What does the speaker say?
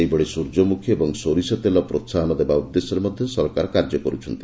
ସେହିଭଳି ସୂର୍ଯ୍ୟମୃଖୀ ଓ ସୋରିଷ ତେଲ ପ୍ରୋହାହନ ଦେବା ଉଦ୍ଦେଶ୍ୟରେ ମଧ୍ୟ ସରକାର କାର୍ଯ୍ୟ କରୁଛନ୍ତି